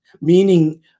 meaning